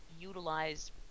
utilize